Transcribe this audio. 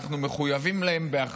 אנחנו מחויבים להם לאחדות.